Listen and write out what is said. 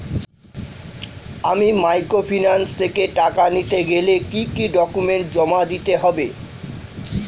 আমি মাইক্রোফিন্যান্স থেকে টাকা নিতে গেলে কি কি ডকুমেন্টস জমা দিতে হবে?